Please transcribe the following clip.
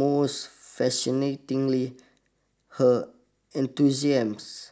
most fascinatingly her enthusiast